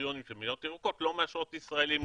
לקריטריונים של מדינות ירוקות לא מאשרות לישראלים,